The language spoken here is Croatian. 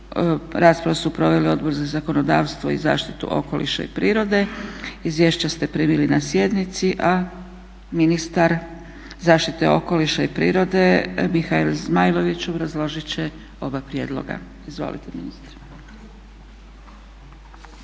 raspravu su proveli Odbor za zakonodavstvo i Odbor za zaštitu okoliša i prirode. Izvješća ste primili na sjednici. Ministar zaštite okoliša i prirode Mihael Zmajlović obrazložit će oba prijedloga. Izvolite ministre.